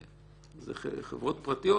שאלה חברות פרטיות,